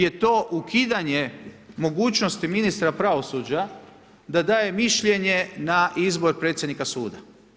Prvo je to ukidanje mogućnosti ministra pravosuđa da daje mišljenje na izbor predsjednika suda.